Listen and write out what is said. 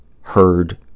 heard